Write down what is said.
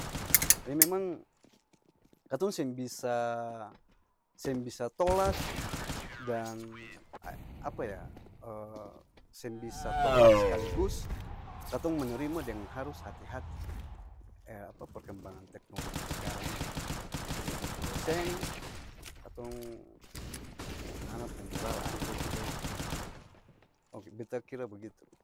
Jadi memang katong seng bisa seng bisa tolak dan apa ya? seng bisa tolak sekaligus, katong menerima deng harus hati-hati, apa perkembangan teknologi s'karang ini, kalo seng katong pung ana-ana pung moral ancor suda itu oke, beta kira begitu.